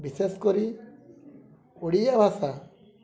ବିଶେଷ କରି ଓଡ଼ିଆ ଭାଷା